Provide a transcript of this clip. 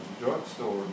Drugstore